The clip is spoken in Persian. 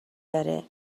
داره